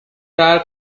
prior